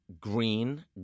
Green